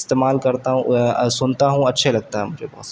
استعمال کرتا ہوں سنتا ہوں اچھے لگتا ہے مجھے بہت